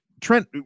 Trent